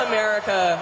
America